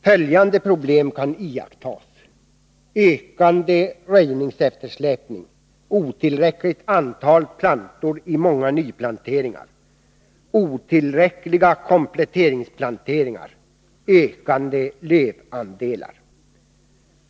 Följande problem kan iakttas: ökande röjningseftersläpning, otillräckligt antal plantor i många nyplanteringar, otillräckliga kompletteringsplanteringar, ökande lövandelar.